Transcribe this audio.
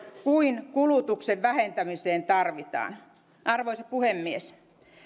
kuin kulutuksen vähentämiseen tarvitaan arvoisa puhemies